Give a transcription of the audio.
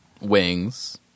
Wings